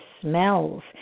smells